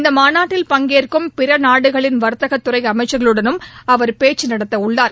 இந்த மாநாட்டில் பங்கேற்கும் பிற நாடுகளின் வர்த்தக துறை அமைச்சர்களுடனும் அவர் பேச்சு நடத்த உள்ளார்